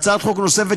והצעת חוק נוספת,